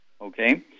okay